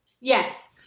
Yes